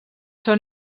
són